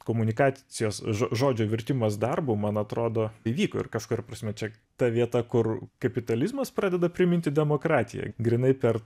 komunikacijos žo žodžio virtimas darbu man atrodo įvyko ir kažkuria prasme čia ta vieta kur kapitalizmas pradeda priminti demokratiją grynai per